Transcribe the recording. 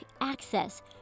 access